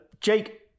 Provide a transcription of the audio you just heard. Jake